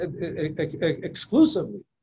exclusively